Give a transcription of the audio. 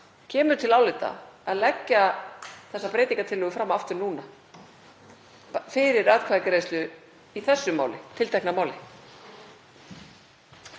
Kemur til álita að leggja þessa breytingartillögu fram aftur núna fyrir atkvæðagreiðslu í þessu tiltekna máli?